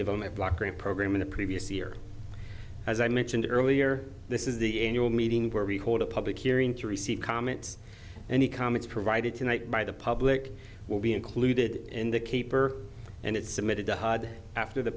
development block grant program in a previous year as i mentioned earlier this is the annual meeting where we hold a public hearing to receive comments and he comments provided tonight by the public will be included in the caper and it's submitted to hyde after the